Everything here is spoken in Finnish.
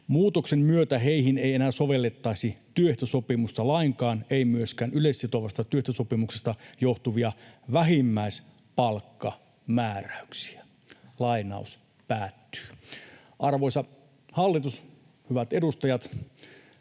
Muutoksen myötä heihin ei enää sovellettaisi työehtosopimusta lainkaan, ei myöskään yleissitovasta työehtosopimuksesta johtuvia vähimmäispalkkamääräyksiä.” Arvoisa hallitus, hyvät edustajat,